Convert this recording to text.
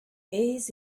aes